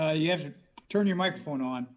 you have to turn your microphone on